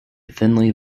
thinly